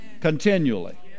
Continually